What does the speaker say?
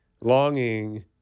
longing